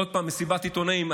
עוד פעם מסיבת עיתונאים,